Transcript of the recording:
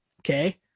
okay